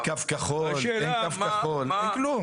קו כחול, אין קו כחול, אין כלום.